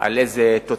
על איזה תוצאה.